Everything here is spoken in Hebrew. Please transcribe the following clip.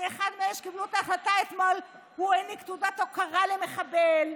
כשאחד מאלה שקיבלו את ההחלטה אתמול העניק תעודת הוקרה למחבל.